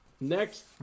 next